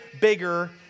bigger